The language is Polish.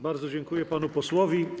Bardzo dziękuję panu posłowi.